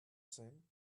sing